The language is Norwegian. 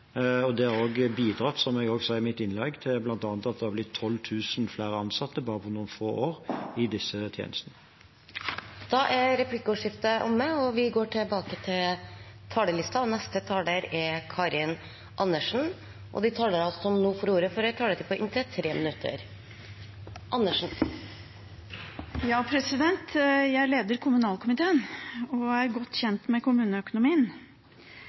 år, og det har bidratt til, som jeg også sa i mitt innlegg, at det har blitt 12 000 flere ansatte i disse tjenestene bare på noen få år. Replikkordskiftet er omme. De talerne som heretter får ordet, har en taletid på inntil 3 minutter. Jeg leder kommunalkomiteen og er godt kjent med kommuneøkonomien.